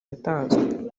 yatanzwe